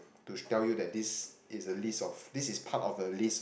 to tell you that this is a list of this is part of a list